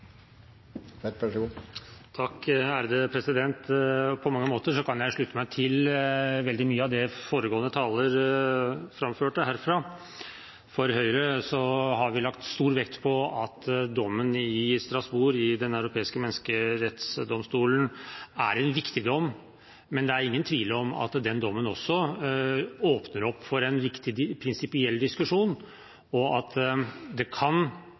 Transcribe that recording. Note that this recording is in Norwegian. framførte herfra. For Høyres vedkommende har vi lagt stor vekt på at dommen i Strasbourg i Den europeiske menneskerettighetsdomstol er en viktig dom. Men det er ingen tvil om at den dommen også åpner opp for en viktig prinsipiell diskusjon, og at det trolig kan